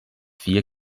vier